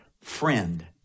friend